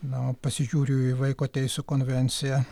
na pasižiūriu į vaiko teisių konvenciją